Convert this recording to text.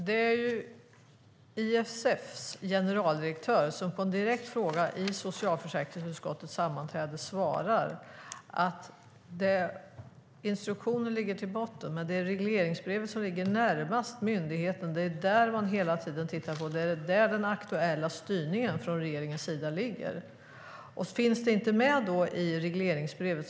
Herr talman! Det var ISF:s generaldirektör som på en direkt fråga under socialförsäkringsutskottets sammanträde svarade att instruktionen ligger i botten men att det är regleringsbrevet som ligger närmast myndigheten. Det är det de hela tiden tittar på, och det är där regeringens aktuella styrning ligger. Det är klart att det påverkar verksamheten om något inte finns med i regleringsbrevet.